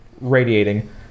radiating